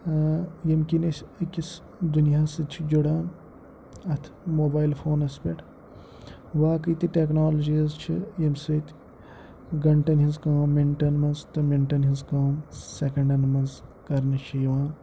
ییٚمہِ کِنۍ أسۍ أکِس دُنیاہَس سۭتۍ چھِ جُڑان اَتھ موبایِل فونَس پٮ۪ٹھ واقع تہِ ٹٮ۪کنالجیٖز چھِ ییٚمہِ سۭتۍ گَنٹَن ہِنٛز کٲم مِنٹَن منٛز تہٕ مِنٹَن ہِنٛز کٲم سٮ۪کَنٛڈَن منٛز کَرنہٕ چھِ یِوان